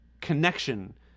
connection